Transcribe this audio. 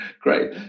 Great